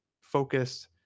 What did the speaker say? focused